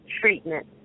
treatment